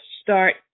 start